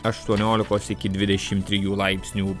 aštuoniolikos iki dvidešimt trijų laipsnių